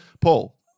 Paul